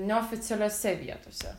neoficialiose vietose